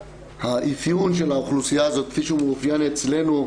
האפיון של האוכלוסייה הזאת כפי שהוא מאופיין אצלנו,